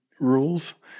rules